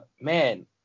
man